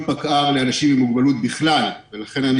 פקע"ר לאנשים עם מוגבלות בכלל ולכן אני